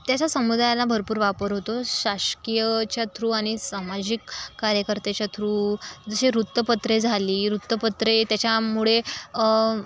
त्याच्या समुदायाला भरपूर वापर होतो शासकीयच्या थ्रू आणि सामाजिक कार्यकर्त्याच्या थ्रू जसे वृत्तपत्रे झाली वृत्तपत्रे त्याच्यामुळे